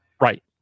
right